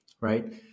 Right